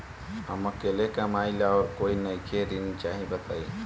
हम अकेले कमाई ला और कोई नइखे ऋण चाही बताई?